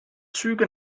züge